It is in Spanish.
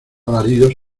alaridos